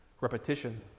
Repetition